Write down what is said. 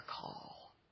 call